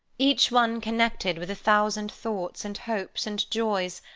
each one connected with a thousand thoughts, and hopes, and joys,